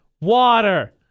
water